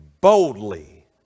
boldly